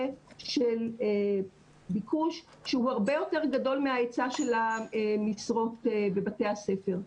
של ביקוש שהוא הרבה יותר גדול מהיצע של המשרות בבתי הספר.